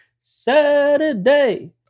Saturday